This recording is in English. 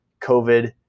COVID